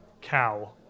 cow